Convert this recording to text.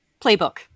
playbook